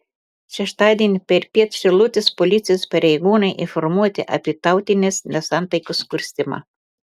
šeštadienį perpiet šilutės policijos pareigūnai informuoti apie tautinės nesantaikos kurstymą